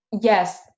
Yes